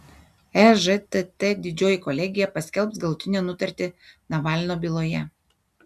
ežtt didžioji kolegija paskelbs galutinę nutartį navalno byloje